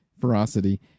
ferocity